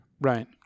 right